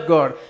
God